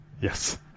Yes